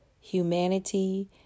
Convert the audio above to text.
humanity